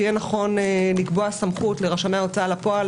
שיהיה נכון לקבוע סמכות לרשמי ההוצאה לפועל